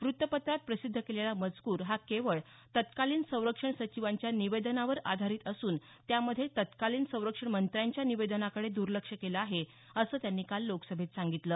वृत्तपत्रात प्रसिद्ध केलेला मजकूर हा केवळ तत्कालीन संरक्षण संचिवांच्या निवेदनावर आधारीत असून त्यामध्ये तत्कालीन संरक्षणमंत्र्यांच्या निवेदनाकडे दूर्लक्ष केलं आहे असं त्यांनी काल लोकसभेत सांगितलं